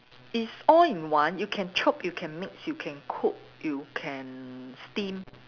it's all in one you can chop you can mix you can cook you can steam